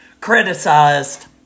criticized